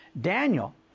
Daniel